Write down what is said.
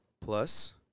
plus